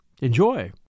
Enjoy